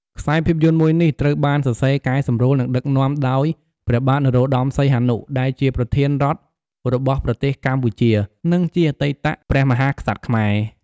ខ្សែភាពយន្តមួយនេះត្រូវបានសរសេរកែសម្រួលនិងដឹកនាំដោយ ព្រះបាទនរោត្តមសីហនុ ដែលជាប្រធានរដ្ឋរបស់ប្រទេសកម្ពុជា និងជាអតីតព្រះមហាក្សត្រខ្មែរ ។